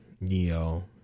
Neo